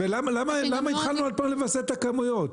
ולמה התחלנו עוד פעם לווסת את הכמויות?